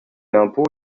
l’impôt